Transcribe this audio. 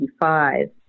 1985